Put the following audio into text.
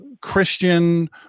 Christian